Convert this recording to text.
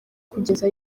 kugeza